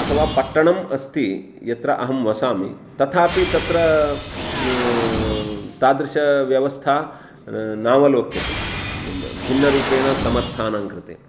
अथवा पत्तनम् अस्ति यत्र अहं वसामि तथापि तत्र तादृशी व्यवस्था नावलोक्यते भिन्नरूपेण समर्थनं कृते